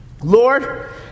Lord